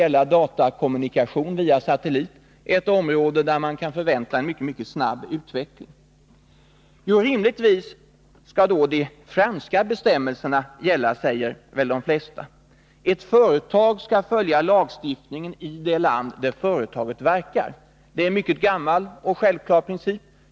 gälla datakommunikation via satellit, ett område där man kan förvänta en mycket snabb utveckling. Jo, rimligtvis skall då de franska bestämmelserna gälla, säger väl de flesta. Ett företag skall följa lagstiftningen i det land där företaget verkar — det är en mycket gammal och självklar princip.